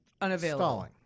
Unavailable